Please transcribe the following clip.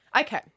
Okay